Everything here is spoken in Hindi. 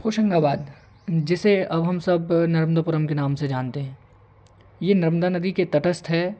होशंगाबाद जिसे अब हम सब नरेंद्रपुरम के नाम से जानते हैं ये नर्मदा नदी के तटस्थ है